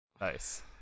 Nice